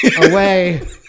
away